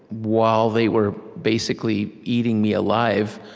while they were basically eating me alive,